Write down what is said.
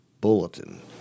bulletin